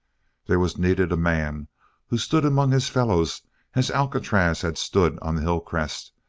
there was needed a man who stood among his fellows as alcatraz had stood on the hillcrest,